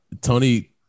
Tony